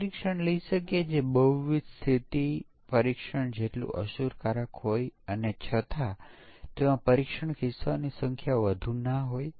સમકક્ષ વર્ગોનો માન્ય સેટ અને સમકક્ષ વર્ગોનો અમાન્ય સેટ